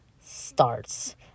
starts